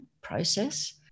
process